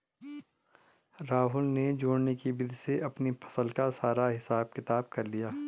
राहुल ने जोड़ने की विधि से अपनी फसल का सारा हिसाब किताब कर लिया